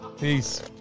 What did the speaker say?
Peace